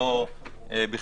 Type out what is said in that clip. אז נדבר על הכול מאוחר יותר.